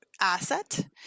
asset